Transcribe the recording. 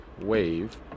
wave